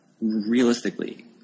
realistically